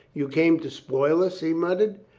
you came to spoil us? he muttered.